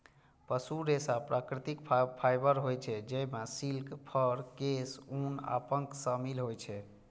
पशु रेशा प्राकृतिक फाइबर होइ छै, जइमे सिल्क, फर, केश, ऊन आ पंख शामिल होइ छै